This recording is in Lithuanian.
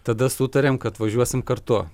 tada sutarėm kad važiuosim kartu